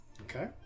Okay